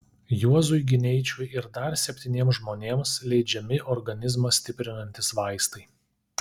juozui gineičiui ir dar septyniems žmonėms leidžiami organizmą stiprinantys vaistai